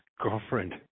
girlfriend